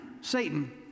Satan